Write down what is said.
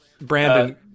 Brandon